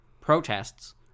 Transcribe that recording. protests